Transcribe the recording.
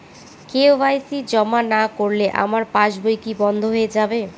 KYC জমা না করলে আমার পাসবই কি বন্ধ হয়ে যাবে?